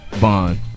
Bond